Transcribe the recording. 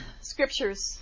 scriptures